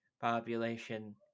population